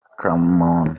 kamono